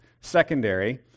secondary